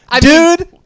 dude